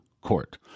court